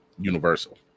universal